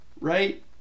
right